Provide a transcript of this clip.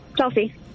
Chelsea